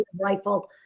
rifle